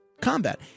combat